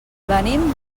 venim